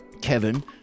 Kevin